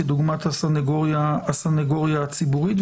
כדוגמת הסניגוריה הציבורית.